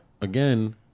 again